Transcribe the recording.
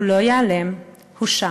הוא לא ייעלם, הוא שם.